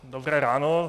Dobré ráno.